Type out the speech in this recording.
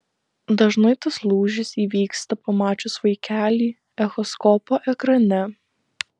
dažnai tas lūžis įvyksta pamačius vaikelį echoskopo ekrane